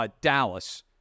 Dallas